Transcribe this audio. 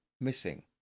missing